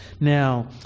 now